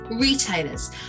retailers